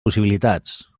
possibilitats